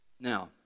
Now